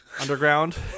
underground